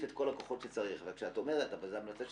והסתה והאמירה של